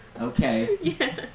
Okay